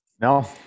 No